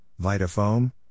Vitafoam